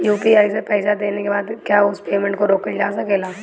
UPI से पईसा देने के बाद क्या उस पेमेंट को रोकल जा सकेला?